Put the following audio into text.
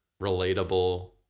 relatable